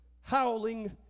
Howling